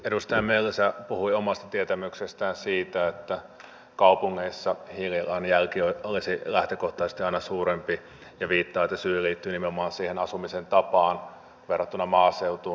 edustaja mölsä puhui omasta tietämyksestään siitä että kaupungeissa hiilijalanjälki olisi lähtökohtaisesti aina suurempi ja viittaa siihen että syy liittyy nimenomaan siihen asumisen tapaan verrattuna maaseutuun